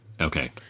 Okay